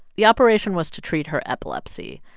the operation was to treat her epilepsy,